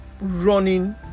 running